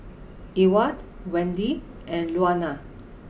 Ewart Wende and Luana